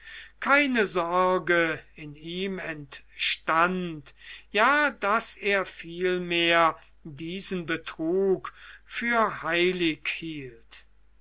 keine sorge in ihm entstand ja daß er vielmehr diesen betrug für heilig hielt